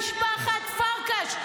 משפחת פרקש.